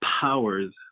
powers